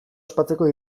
ospatzeko